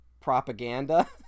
propaganda